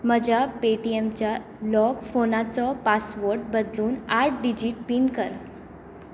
म्हज्या पेटीएमच्या लॉक फोनाचो पासवर्ड बदलून आठ डिजीट पीन कर